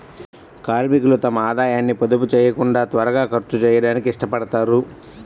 కార్మికులు తమ ఆదాయాన్ని పొదుపు చేయకుండా త్వరగా ఖర్చు చేయడానికి ఇష్టపడతారు